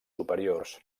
superiors